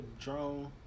drone